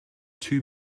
two